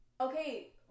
okay